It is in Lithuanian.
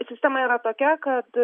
sistema yra tokia kad